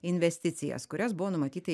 investicijas kurias buvo numatyta